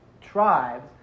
tribes